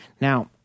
Now